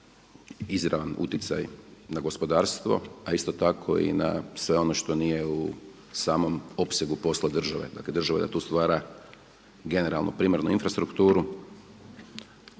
Izravan uticaj na gospodarstvo, a isto tako i na sve ono što nije u samom opsegu posla države. Dakle, država da tu stvara generalnu primarnu infrastrukturu,